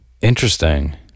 Interesting